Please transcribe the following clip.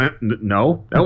no